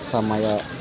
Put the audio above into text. ಸಮಯ